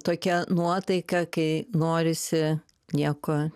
tokia nuotaika kai norisi nieko